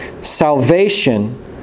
Salvation